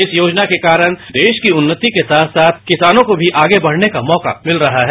इस योजना के कारण देश को उन्नति के साथ साथ किसानों को भी आगे बढ़ने का मौका मिल रहा है